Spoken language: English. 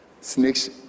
snakes